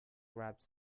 grabbed